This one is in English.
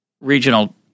regional